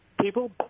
people